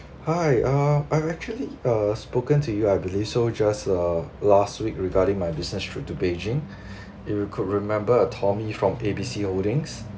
hi err I'm actually uh spoken to you I believe so just uh last week regarding my business trip to beijing if you could remember a tommy from A B C holdings